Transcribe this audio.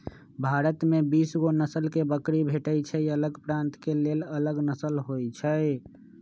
भारत में बीसगो नसल के बकरी भेटइ छइ अलग प्रान्त के लेल अलग नसल होइ छइ